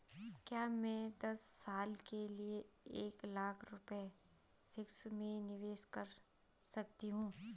क्या मैं दस साल के लिए एक लाख रुपये फिक्स में निवेश कर सकती हूँ?